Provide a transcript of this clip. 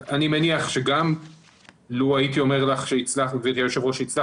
אני מניח שגם לו הייתי אומר לך שהצלחנו לקנות